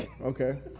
okay